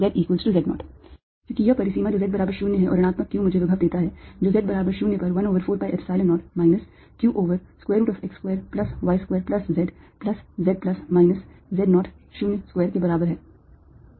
zz0 क्योंकि यह परिसीमा जो z बराबर 0 है और ऋणात्मक q मुझे विभव देता है जो z बराबर 0 पर 1 over 4 pi Epsilon 0 minus q over square root of x square plus y square plus z plus z plus minus z naught 0 square के बराबर है